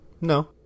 No